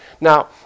Now